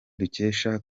dukesha